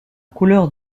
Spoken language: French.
couleur